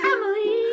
Emily